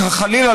חלילה,